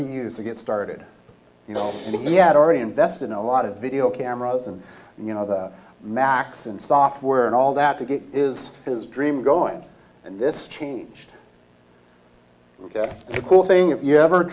he used to get started you know and he had already invested in a lot of video cameras and you know the macs and software and all that to get is his dream going and this changed the cool thing if you ever